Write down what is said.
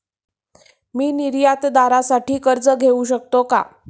मी निर्यातदारासाठी कर्ज घेऊ शकतो का?